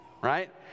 Right